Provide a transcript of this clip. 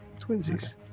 Twinsies